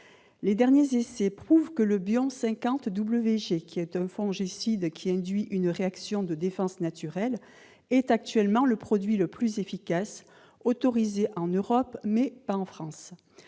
Les derniers essais prouvent que le BION 50 WG- fongicide qui induit une réaction de défense naturelle - est actuellement le produit le plus efficace. Il est autorisé en Europe, mais ne l'est pas en France.